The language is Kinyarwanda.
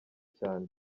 cyane